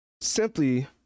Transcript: simply